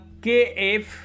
Kf